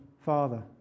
father